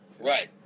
Right